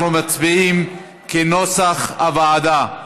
אנחנו מצביעים כנוסח הוועדה.